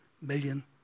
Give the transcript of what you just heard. million